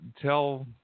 tell